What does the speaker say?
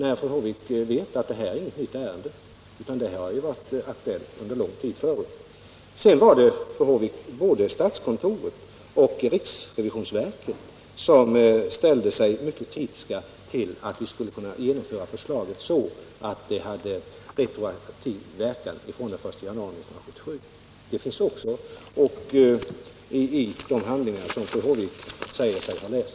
Fru Håvik vet ju att detta inte är något nytt ärende utan att det har varit aktuellt under lång tid. Sedan, fru Håvik, var både statskontoret och riksrevisionsverket mycket kritiska till att genomföra förslaget så att det fick retroaktiv verkan från den 1 januari 1977. Också det framgår av de handlingar som fru Håvik säger sig ha läst.